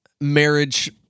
marriage—